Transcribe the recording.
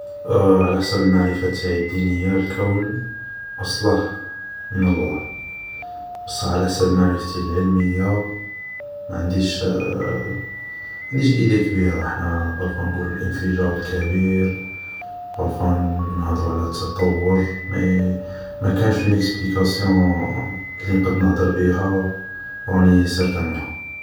على حساب المعرفة تاعي الدينية الكون اصله من الله بصح على حساب معرفتي العلمية معنديش إدي كبيرة حنا نڨولو بار فوا الانفجار الكبير بار فوا نهدرو على التطور مي مكانش اون اكسبليكاسيون لي نقد نهدر بيها و راني سارتان منها